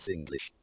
English